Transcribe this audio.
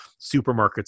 supermarkets